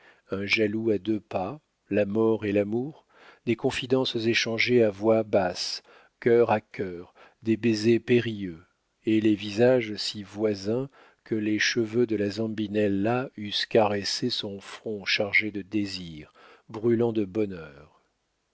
un jaloux à deux pas la mort et l'amour des confidences échangées à voix basse cœur à cœur des baisers périlleux et les visages si voisins que les cheveux de la zambinella eussent caressé son front chargé de désirs brûlant de bonheur